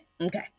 okay